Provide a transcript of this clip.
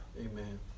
Amen